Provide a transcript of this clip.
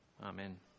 Amen